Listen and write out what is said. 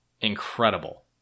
incredible